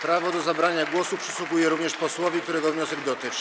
Prawo do zabrania głosu przysługuje również posłowi, którego wniosek dotyczy.